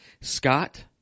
Scott